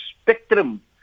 spectrum